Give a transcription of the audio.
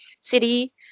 city